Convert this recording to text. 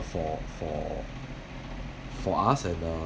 for for for us and uh